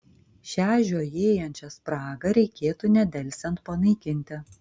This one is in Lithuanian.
šią žiojėjančią spragą reikėtų nedelsiant panaikinti